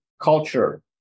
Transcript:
culture